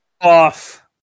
off